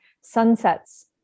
sunsets